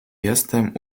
jestem